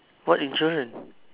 what insurance